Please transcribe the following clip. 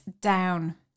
down